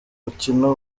mukino